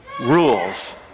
rules